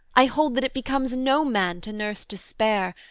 i hold that it becomes no man to nurse despair,